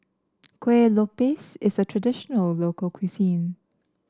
Kuih Lopes is a traditional local cuisine